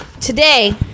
Today